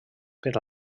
per